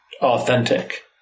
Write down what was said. authentic